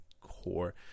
core